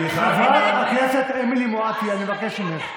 חברת הכנסת אמילי מואטי, אני מבקש ממך.